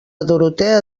dorotea